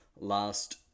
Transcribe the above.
last